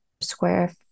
square